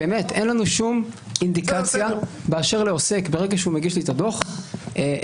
שאין לנו באמת שום אינדיקציה באשר לגבי הפעילות